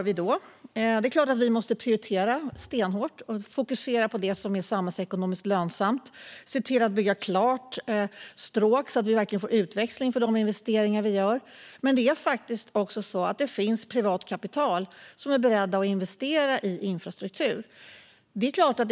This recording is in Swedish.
Vi måste givetvis prioritera stenhårt, fokusera på det som är samhällsekonomiskt lönsamt och se till att bygga klart stråk så att vi får utväxling för de investeringar vi gör. Men det finns också de som är beredda att investera privat kapital i infrastruktur.